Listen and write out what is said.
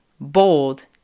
bold